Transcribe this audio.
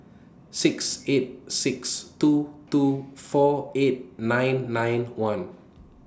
six eight six two two four eight nine nine one